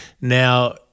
Now